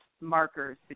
markers